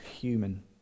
human